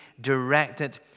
directed